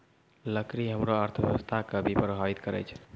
लकड़ी हमरो अर्थव्यवस्था कें भी प्रभावित करै छै